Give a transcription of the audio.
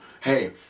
Hey